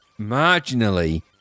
marginally